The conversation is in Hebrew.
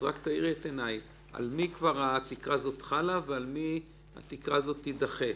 רק תאירי את עיניי על מי התקרה הזאת חלה ולמי התקרה הזאת תידחה.